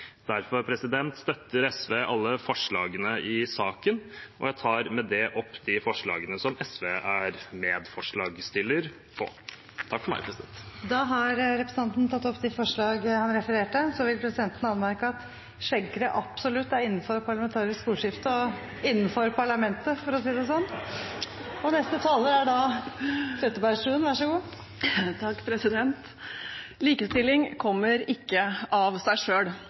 Derfor støtter SV alle forslagene i saken – og jeg tar med det opp de forslagene som SV er medforslagsstiller til. Representanten Freddy André Øvstegård har tatt opp de forslagene han refererte til. Så vil presidenten anmerke at «skjeggkre» absolutt er innenfor parlamentarisk ordskifte og innenfor parlamentet, for å si det sånn. Likestilling kommer ikke av seg